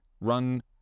run